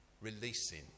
releasing